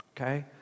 Okay